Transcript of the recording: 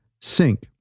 sync